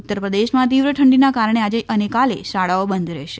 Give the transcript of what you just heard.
ઉત્તરપ્રદેશમાં તિવ્ર ઠંડીના કારણે આજે અને કાલે શાળાઓ બંધ રહેશે